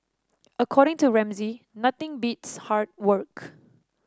according to Ramsay nothing beats hard work